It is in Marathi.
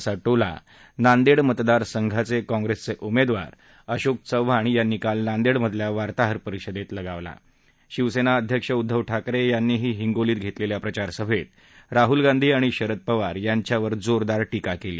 असा टोला नांदेड मतदारसंचाचे काँग्रेस उमेदवार अशोक चव्हाण यांनी काल नांदेडमधल्या वार्ताहरपरिषदेत लगावला शिवसेना अध्यक्ष उद्धव ठाकरे यांनीही हिंगोलीत घेतलेल्या प्रचारसभेत राहुल गांधी आणि शरद पवार यांच्यावर जोरदार टीका केली